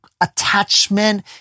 attachment